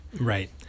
Right